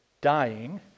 dying